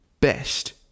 best